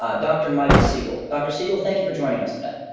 ah dr. michael siegel. dr. siegel, thank you for joining us today.